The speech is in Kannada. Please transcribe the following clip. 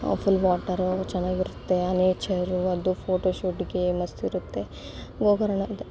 ಫುಲ್ ವಾಟರು ಅದು ಚೆನ್ನಾಗಿರುತ್ತೆ ಆ ನೇಚರು ಅದು ಫೋಟೋಶೂಟ್ಗೆ ಮಸ್ತಿರುತ್ತೆ ಹೋಗೋರೆಲ್ಲ